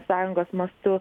sąjungos mastu